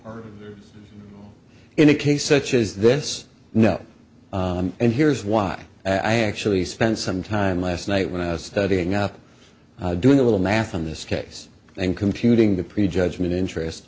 well in a case such as this no and here's why i actually spent some time last night when i was studying up doing a little math on this case and computing the pre judgment interest